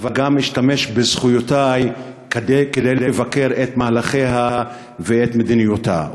אבל גם אשתמש בזכויותי כדי לבקר את מהלכה ואת מדיניותה.